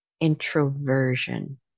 introversion